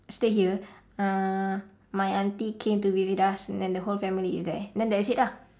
stay here uh my aunty came to visit us and then the whole family is there and then that's it ah